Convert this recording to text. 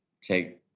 take